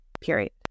period